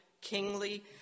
kingly